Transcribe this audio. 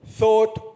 thought